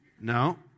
No